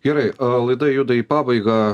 gerai a laida juda į pabaigą